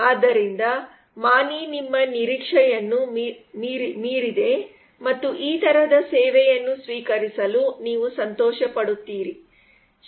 ಆದ್ದರಿಂದ ಮಾಣಿ ನಿಮ್ಮ ನಿರೀಕ್ಷೆಯನ್ನು ಮೀರಿದೆ ಮತ್ತು ಈ ತರಹದ ಸೇವೆಯನ್ನು ಸ್ವೀಕರಿಸಲು ನೀವು ಸಂತೋಷಪಡುತ್ತೀರಿ